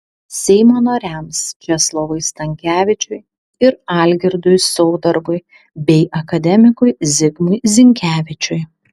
seimo nariams česlovui stankevičiui ir algirdui saudargui bei akademikui zigmui zinkevičiui